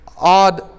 odd